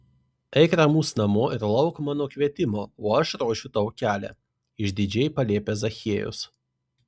eik ramus namo ir lauk mano kvietimo o aš ruošiu tau kelią išdidžiai paliepė zachiejus